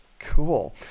Cool